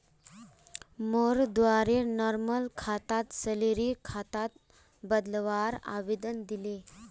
मोर द्वारे नॉर्मल खाताक सैलरी खातात बदलवार आवेदन दिले